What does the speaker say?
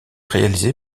réalisé